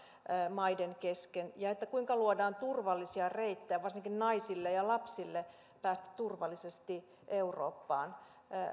maiden kesken ja kuinka luodaan turvallisia reittejä varsinkin naisille ja lapsille päästä turvallisesti eurooppaan